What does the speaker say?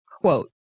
quote